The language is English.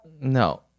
No